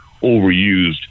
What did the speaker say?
overused